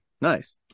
Nice